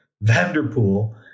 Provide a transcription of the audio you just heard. Vanderpool